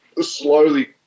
slowly